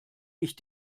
ich